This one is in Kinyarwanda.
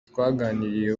twaganiriye